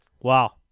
Wow